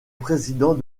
président